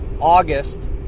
August